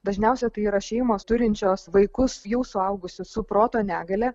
dažniausia tai yra šeimos turinčios vaikus jau suaugusius su proto negalia